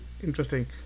Interesting